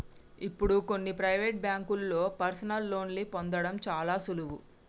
ఇప్పుడు కొన్ని ప్రవేటు బ్యేంకుల్లో పర్సనల్ లోన్ని పొందడం చాలా సులువు